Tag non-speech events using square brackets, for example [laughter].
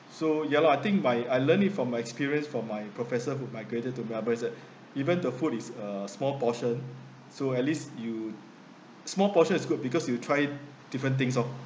so ya lah I think my I learned it from experience from my professor who migrated to melbourne [noise] even the food is uh small portion so at least you small portion is good because you try different things orh